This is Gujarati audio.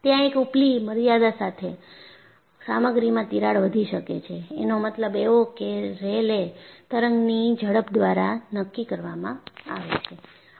ત્યાં એક ઉપલી મર્યાદા સાથે સામગ્રીમાં તિરાડ વધી શકે છે એનો મતલબ એવો કે રેયલે તરંગની ઝડપ દ્વારા નક્કી કરવામાં આવે છે